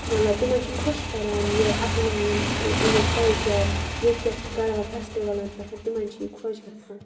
مطلب تِمَن چھُ خۄش کَران یہِ اَپناوُن اَمیُک کَلچَر ییٚتہِ کیاہ چھِ کَران فیٚسٹِوَلَن پٮ۪ٹھ تِمَن چھُ یہِ خۄش گَژھان